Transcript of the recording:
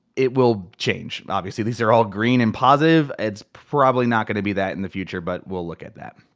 it will change obviously. these are all green and positive. it's probably not gonna be that in the future, but we'll look at that.